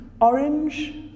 orange